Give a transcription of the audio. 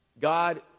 God